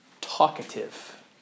talkative